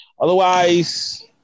Otherwise